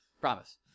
Promise